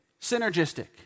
Synergistic